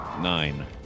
nine